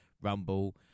rumble